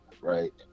right